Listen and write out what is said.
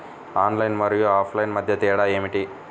Online మరియు offline మధ్య తేడా ఏమిటీ?